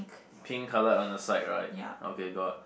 pink color on the side right okay got